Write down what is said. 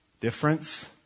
Difference